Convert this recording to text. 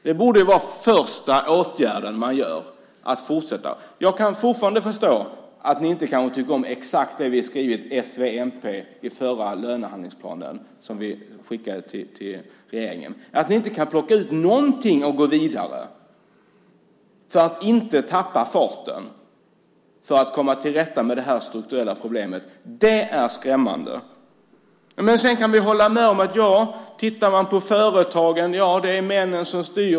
Den första åtgärden borde ju vara att fortsätta. Jag kan fortfarande förstå att ni kanske inte tycker om exakt det vi - s, v, mp - skrivit i förra lönehandlingsplanen, som vi skickade till regeringen. Men det är skrämmande att ni inte kan plocka ut någonting och gå vidare för att inte tappa farten och för att komma till rätta med det här strukturella problemet. Sedan kan vi hålla med om att det, om man tittar på företagen, är männen som styr.